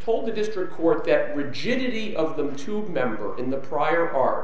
told the district court that rigidity of them to member in the prior car